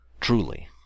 Truly